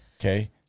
okay